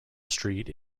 street